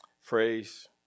phrase